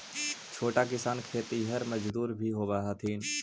छोटा किसान खेतिहर मजदूर भी होवऽ हथिन